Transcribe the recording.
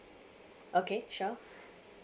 okay sure